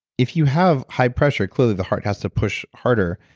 if you have high pressure clearly the heart has to push harder,